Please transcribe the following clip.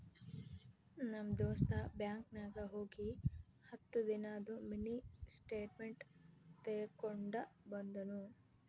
ನಮ್ ದೋಸ್ತ ಬ್ಯಾಂಕ್ ನಾಗ್ ಹೋಗಿ ಹತ್ತ ದಿನಾದು ಮಿನಿ ಸ್ಟೇಟ್ಮೆಂಟ್ ತೇಕೊಂಡ ಬಂದುನು